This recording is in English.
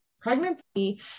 pregnancy